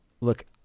look